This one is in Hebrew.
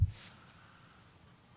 משרד